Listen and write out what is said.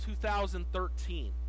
2013